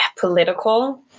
political